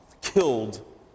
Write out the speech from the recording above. killed